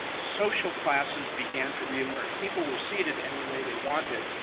ah social classes began to reemerge. people were seated any way they wanted,